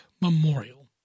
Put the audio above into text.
memorial